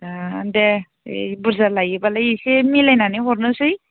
ए दे बुरजा लायोबालाय एसे मिलायनानै हरनोसै